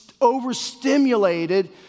overstimulated